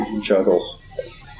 juggles